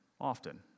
often